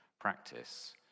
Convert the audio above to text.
practice